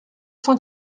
cent